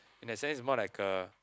in a sense more like a